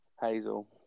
Hazel